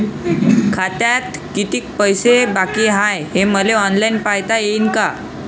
खात्यात कितीक पैसे बाकी हाय हे मले ऑनलाईन पायता येईन का?